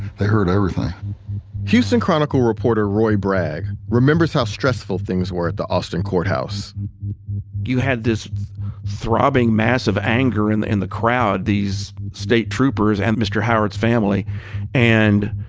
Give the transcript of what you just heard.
they heard everything houston chronicle reporter roy bragg remembers how stressful things were at the austin courthouse you had this throbbing mass of anger in the in the crowd these state troopers, and mr. howard's family and,